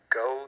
go